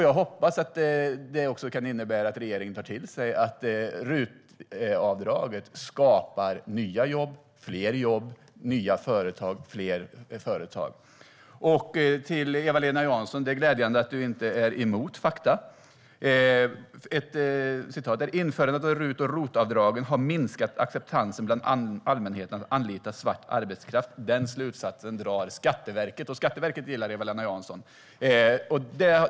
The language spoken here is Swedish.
Jag hoppas att det också kan innebära att regeringen tar till sig att RUT-avdraget skapar nya jobb, fler jobb, nya företag och fler företag. Eva-Lena Jansson! Det är glädjande att du inte är emot fakta. Ett citat är: "Införandet av rut och rot-avdragen har minskat acceptansen bland allmänheten att anlita svart arbetskraft. Den slutsatsen drar Skatteverket." Eva-Lena Jansson gillar Skatteverket.